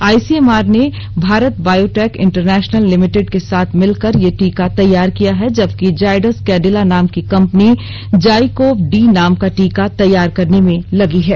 ICMR ने Bharat biotech international limited के साथ मिलकर ये टीका तैयार किया है जबकि जायडस कैंडिला नाम की कम्पनी जाइकोव डी नाम का टीका तैयार करने में लगी है